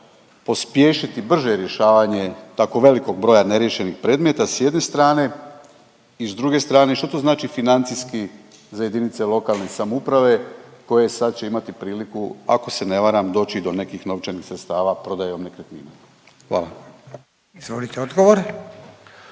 pospješiti brže rješavanje tako velikog broja neriješenih predmeta s jedne strane i s druge strane, što to znači financijski za jedinice lokalne samouprave koje sad će imati priliku, ako se ne varam, doći i do nekih novčanih sredstava prodajom nekretnina. Hvala. **Radin, Furio